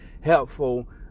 helpful